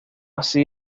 así